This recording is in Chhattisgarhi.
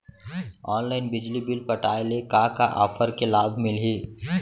ऑनलाइन बिजली बिल पटाय ले का का ऑफ़र के लाभ मिलही?